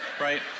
right